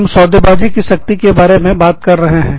हम सौदेबाजी सौदाकारी की शक्ति के बारे में बात कर रहे हैं